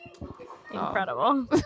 incredible